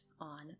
on